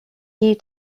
you